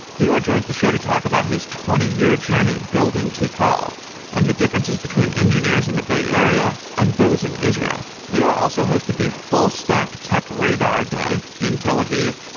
lior joins the show to talk about his twenty year journey building tikal and the differences between engineers in the bay area and those in israel. lior also hosted the fullstack tech radar day in tel aviv,